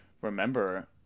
remember